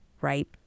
right